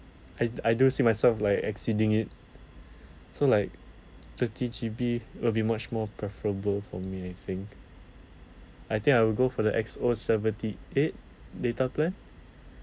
I I do see myself like exceeding it so like thirty G_B will be much more preferable for me I think I think I will go for the X O seventy eight data plan